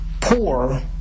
poor